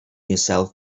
yourself